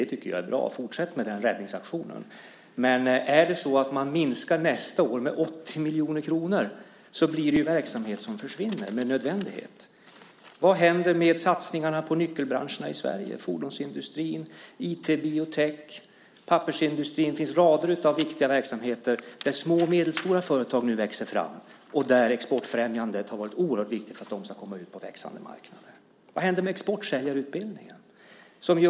Jag tycker att det är bra - fortsätt med den räddningsaktionen! Men om man nästa år minskar med 80 miljoner kronor blir det ju verksamhet som försvinner, med nödvändighet. Vad händer med satsningarna på nyckelbranscherna i Sverige, på fordonsindustrin, IT, biotech och pappersindustrin? Det finns rader av viktiga verksamheter där små och medelstora företag nu växer fram och där exportfrämjandet har varit oerhört viktigt för att de ska komma ut på växande marknader. Vad händer med exportsäljarutbildningen?